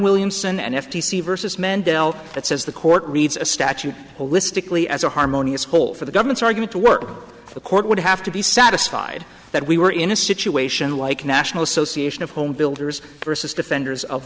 williamson and f t c versus mendell that says the court reads a statute holistically as a harmonious whole for the government's argument to work the court would have to be satisfied that we were in a situation like national association of homebuilders versus defenders of